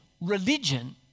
religion